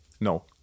No